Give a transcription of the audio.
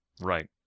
Right